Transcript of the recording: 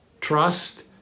trust